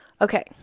Okay